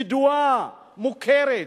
ידועה, מוכרת.